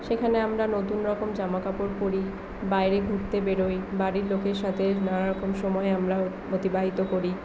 সেখানে আমরা নতুন রকম জামাকাপড় পরি বাইরে ঘুরতে বেরোই বাড়ির লোকের সাথে নানারকম সময় আমরা অতিবাহিত করি